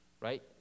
Right